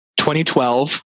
2012